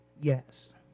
Yes